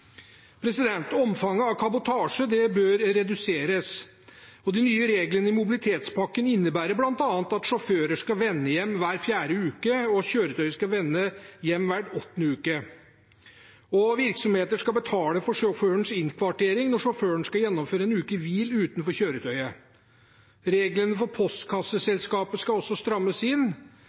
Omfanget av kabotasje bør reduseres, og de nye reglene i mobilitetspakken innebærer bl.a. at sjåfører skal vende hjem hver fjerde uke, og kjøretøyet skal vende hjem hver åttende uke. Virksomheter skal betale for sjåførens innkvartering når sjåføren skal gjennomføre en ukes hvile utenfor kjøretøyet. Reglene for postkasseselskaper skal også strammes inn.